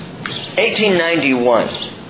1891